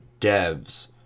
devs